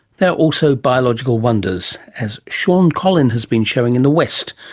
they are also biological wonders, as shaun collin has been showing in the west.